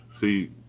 see